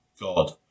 God